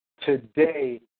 today